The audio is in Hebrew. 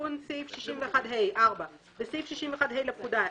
"תיקון סעיף 61ה 5 בסעיף 61ה לפקודה,